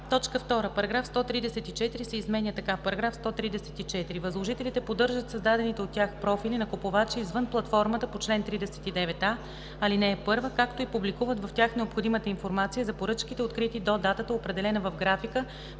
1.“ 2. Параграф 134 се изменя така: „§ 134. Възложителите поддържат създадените от тях профили на купувача, извън платформата по чл. 39а, ал. 1, както и публикуват в тях необходимата информация за поръчките, открити до датата, определена в графика